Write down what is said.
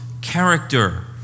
character